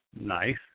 nice